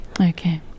Okay